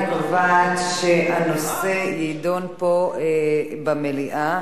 אני קובעת שהנושא יידון פה במליאה.